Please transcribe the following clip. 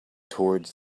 towards